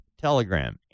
Telegram